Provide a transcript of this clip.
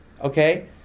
Okay